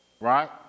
right